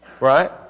Right